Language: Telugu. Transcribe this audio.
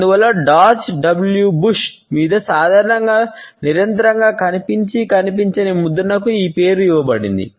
అందువల్ల జార్జ్ డబ్ల్యు బుష్ ముఖం మీద సాధారణంగా దాదాపు నిరంతరంగా కనిపించి కనిపించని ముద్రణకు ఈ పేరు ఇవ్వబడింది